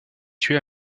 tué